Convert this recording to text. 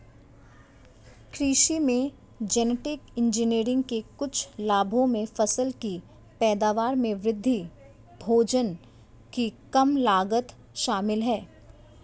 कृषि में genetic engineering के कुछ लाभों में फसल की पैदावार में वृद्धि, भोजन की कम लागत शामिल हैं